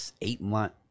eight-month